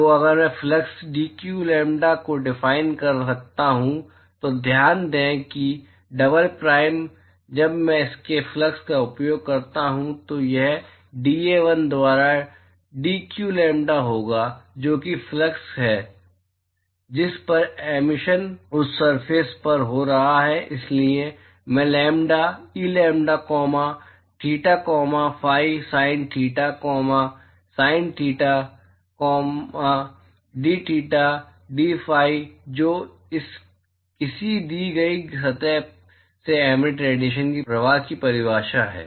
तो अगर मैं फ्लक्स डीक्यू लैम्ब्डा को डिफाइन कर सकता हूं तो ध्यान दें कि डबल प्राइम जब मैं इसके फ्लक्स का उपयोग करता हूं तो यह डीए 1 द्वारा डीक्यू लैम्ब्डा होगा जो कि फ्लक्स है जिस पर एमिशन उस सरफेस पर हो रहा है इसलिए मैं lambda E lambda comma theta comma phi sin theta cos theta d theta d phi जो किसी दी गई सतह से एमिटिड रेडिएशन के प्रवाह की परिभाषा है